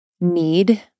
need